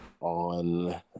on